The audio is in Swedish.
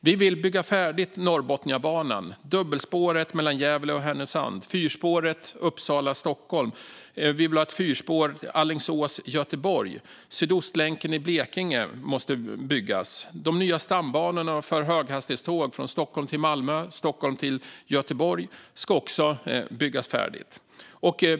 Vi vill bygga färdigt Norrbotniabanan, dubbelspåret mellan Gävle och Härnösand och fyrspåret Uppsala-Stockholm. Vi vill ha ett fyrspår mellan Alingsås och Göteborg, och Sydostlänken i Blekinge måste byggas. De nya stambanorna för höghastighetståg från Stockholm till Malmö och från Stockholm till Göteborg ska också byggas färdigt.